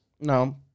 no